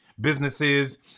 businesses